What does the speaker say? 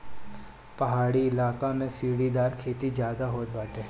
पहाड़ी इलाका में सीढ़ीदार खेती ज्यादा होत बाटे